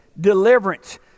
deliverance